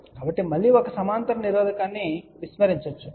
కాబట్టి మళ్ళీ ఒక సమాంతర నిరోధకాన్ని విస్మరించవచ్చు